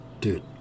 dude